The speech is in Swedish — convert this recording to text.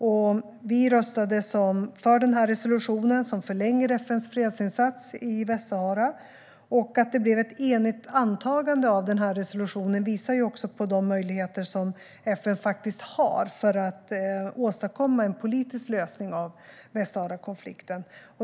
Sverige röstade för resolutionen, som förlänger FN:s fredsinsats i Västsahara. Att det blev ett enigt antagande av resolutionen visar också på de möjligheter som FN har för att åstadkomma en politisk lösning av Västsaharakonflikten.